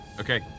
Okay